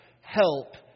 help